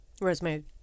Rosemary